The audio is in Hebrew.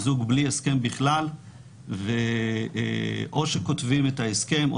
זוג בלי הסכם בכלל או שכותבים את ההסכם או